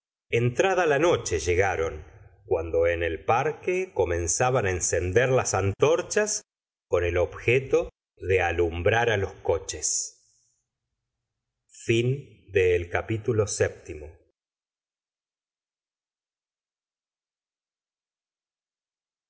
entrada la noche llegaron cuando en el parque comenzaban encender la antorchas con el objeto de alumbrar los coches oeviii